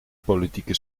politieke